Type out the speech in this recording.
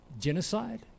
Genocide